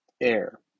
air